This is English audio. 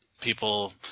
people